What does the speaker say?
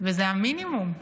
וזה המינימום.